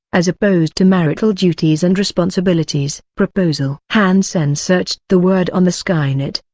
as opposed to marital duties and responsibilities. proposal. han sen searched the word on the skynet,